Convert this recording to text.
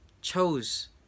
chose